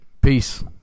Peace